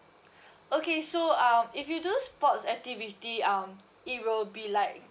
okay so um if you do sports activity um it will be like